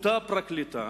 אותה פרקליטה,